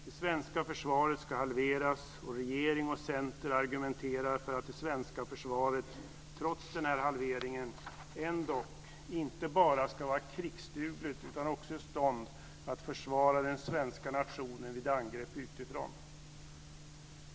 Det svenska försvaret ska halveras, och regering och center argumenterar för att det svenska försvaret trots denna halvering inte bara ska vara krigsdugligt utan också i stånd att försvara den svenska nationen vid angrepp utifrån.